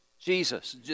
Jesus